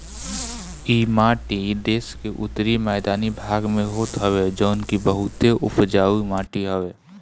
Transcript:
इ माटी देस के उत्तरी मैदानी भाग में होत हवे जवन की बहुते उपजाऊ माटी हवे